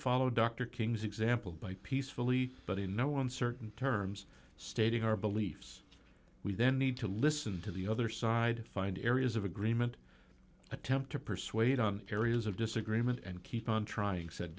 follow dr king's example by peacefully but in no uncertain terms stating our beliefs we then need to listen to the other side find areas of agreement attempt to persuade on areas of disagreement and keep on trying said